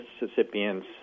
Mississippians